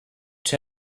tell